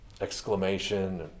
exclamation